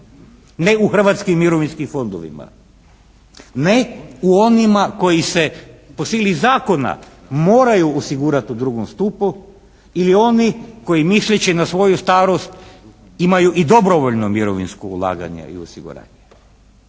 Ne u Hrvatskim mirovinskim fondovima. Ne u onima koji se po sili zakona moraju osigurati u drugom stupu, ili oni koji misleći na svoju starost imaju i dobrovoljno mirovinsko ulaganje i osiguranje.